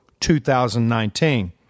2019